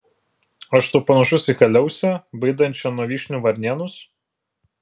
aš tau panašus į kaliausę baidančią nuo vyšnių varnėnus